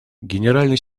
генеральный